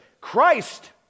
Christ